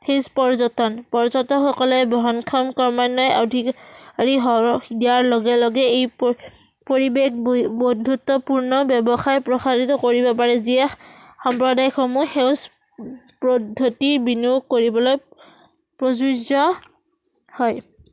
সেউজ পৰ্যটন পৰ্যটকসকলে বহনক্ষম ক্ৰমান্বয় অধিকাৰী সৰহ দিয়াৰ লগে লগে এই প পৰিৱেশ ব্যৱসায় প্ৰসাৰিত কৰিব পাৰে যিয়ে সাম্প্ৰদায়সমূহ সেউজ পদ্ধতি বিনিয়োগ কৰিবলৈ প্ৰযোজ্য হয়